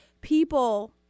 people